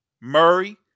Murray